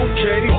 Okay